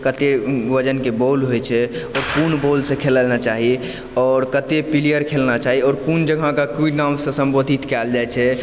कते वजनके बॉल होइ छै आओर कोन बॉलसँ खेलाना चाही आओर कतेक पिलियर खेलना चाही आओर कोन जगह के कि नाम सँ सम्बोधित कएल जाइ छै